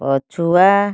ପଛୁଆ